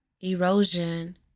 Erosion